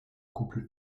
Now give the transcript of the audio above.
couple